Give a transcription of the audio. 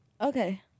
Okay